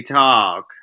talk